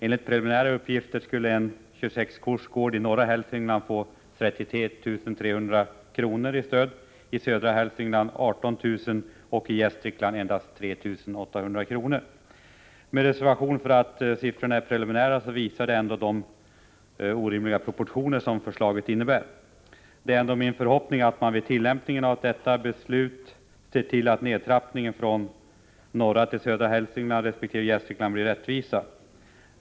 Enligt preliminära uppgifter skulle en 26-kors-gård i norra Hälsingland få 33 300 kr. i stöd, i södra Hälsingland få 18 000 kr. och i Gästrikland endast 3 800 kr. Med reservation för att siffrorna är preliminära visar de ändå de orimliga proportioner som förslaget innebär. Det är min förhoppning att man vid tillämpningen av detta beslut ser till att nedtrappningen från norra Hälsingland till södra Hälsingland resp. Gästrikland blir rättvis.